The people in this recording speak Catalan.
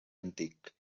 antic